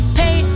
pay